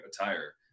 attire